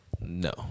No